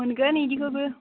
मोनगोन इदिखोबो